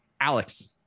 Alex